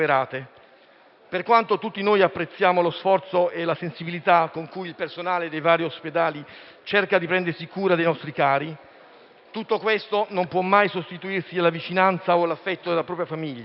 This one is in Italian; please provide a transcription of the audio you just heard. Per quanto tutti noi apprezziamo lo sforzo e la sensibilità con cui il personale dei vari ospedali cerca di prendersi cura dei nostri cari, tutto questo non può mai sostituirsi alla vicinanza o all'affetto della propria famiglia.